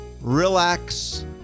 relax